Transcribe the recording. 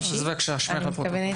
אני,